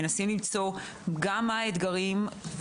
מנסים למצוא גם מה האתגרים,